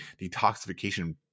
detoxification